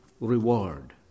reward